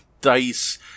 dice